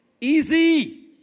Easy